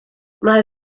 mae